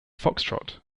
foxtrot